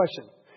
question